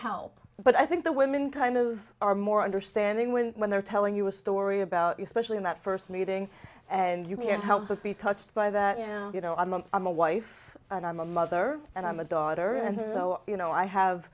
help but i think the women kind of are more understanding when when they're telling you a story about you specially in that first meeting and you can't help but be touched by that you know i'm a i'm a wife and i'm a mother and i'm a daughter and i'm so you know i have